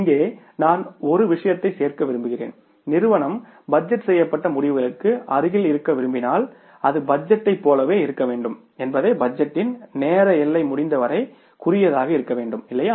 இங்கே நான் ஒரு விஷயத்தைச் சேர்க்க விரும்புகிறேன் நிறுவனம் பட்ஜெட் செய்யப்பட்ட முடிவுகளுக்கு அருகில் இருக்க விரும்பினால் அது பட்ஜெட்டைப் போலவே இருக்க வேண்டும் என்பதே பட்ஜெட்டின் நேர எல்லை முடிந்தவரை குறுகியதாக இருக்க வேண்டும் இல்லையா